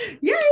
Yay